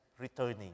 returning